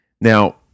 Now